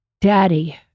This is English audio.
daddy